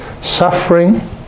suffering